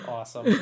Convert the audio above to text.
Awesome